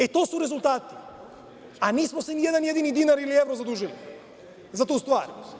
E, to su rezultati, a mi nismo se ni jedan jedini dinar ili evro zadužili za tu stvar.